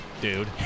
dude